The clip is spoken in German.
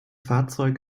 fahrzeug